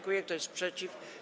Kto jest przeciw?